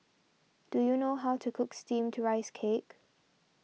do you know how to cook Steamed Rice Cake